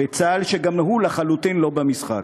וצה"ל, שגם הוא לחלוטין לא במשחק.